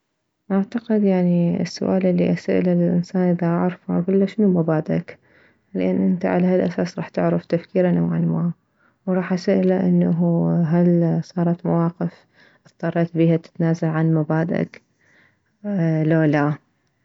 اعتقديعني السؤال الي اسأله للانسان دا اعرفه شنو مبادئك لان انت على هالاساس راح تعرف تفكيره نوعا ما وراح اسأله انه هل صارت مواقف اضطريت بيها تتنازل عن مبادئك لولا